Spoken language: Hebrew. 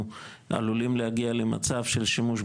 אני אתחיל ממש בכמה מילות פתיחה על המצב המבצעי,